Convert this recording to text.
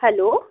hello